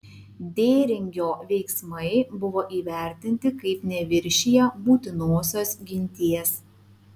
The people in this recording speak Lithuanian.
dėringio veiksmai buvo įvertinti kaip neviršiję būtinosios ginties